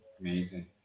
amazing